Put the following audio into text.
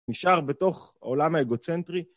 נשאר בתוך העולם ההגו-צנטרי.